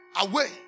away